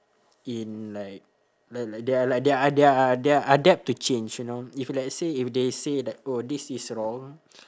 in like like like they are like they are they are adapt to change you know if let's say if they say like oh this is wrong